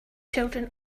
children